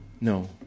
No